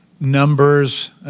numbers